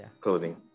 clothing